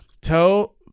tell